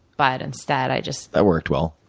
but instead i just that worked well.